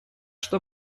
что